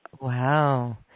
Wow